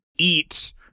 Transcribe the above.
eat